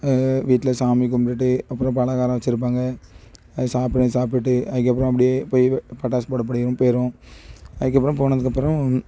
வீட்டில சாமி கும்புடிட்டு அப்புறோம் பலகாரம் வச்சிருப்பாங்க அது சாப்பிட சாப்டிட்டு அதுக்கப்புறோம் அப்படியே போய் பட்டாசு போட படியும் போய்ருவோம் அதுக்கப்புறோம் போனதுக்கப்புறோம்